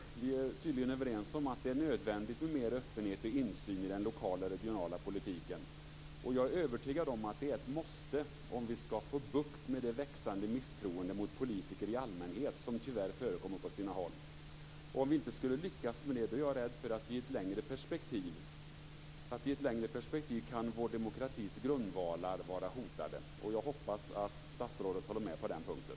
Vi är tydligen överens om att det är nödvändigt med mer öppenhet och insyn i den lokala och regionala politiken. Jag är övertygad om att det är ett måste om vi skall få bukt med det i allmänhet växande misstroendet mot politiker - som tyvärr förekommer på sina håll. Om vi inte lyckas med det är jag rädd för att vår demokratis grundvalar i ett längre perspektiv är hotade. Jag hoppas att statsrådet håller med på den punkten.